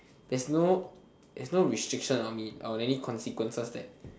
there's no there's no restriction on me or any consequences that